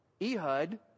Ehud